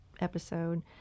episode